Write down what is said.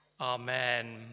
Amen